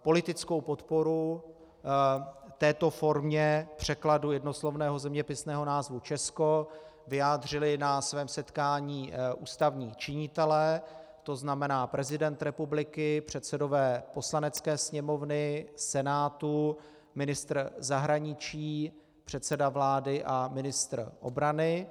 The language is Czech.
Politickou podporu této formě překladu jednoslovného zeměpisného názvu Česko vyjádřili na svém setkání ústavní činitelé, to znamená prezident republiky, předsedové Poslanecké sněmovny, Senátu, ministr zahraničí, předseda vlády a ministr obrany.